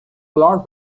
flower